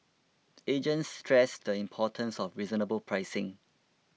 agents stress the importance of reasonable pricing